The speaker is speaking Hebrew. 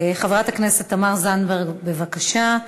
חברת הכנסת תמר זנדברג, בבקשה.